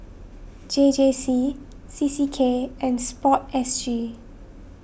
J J C C C K and Sport S G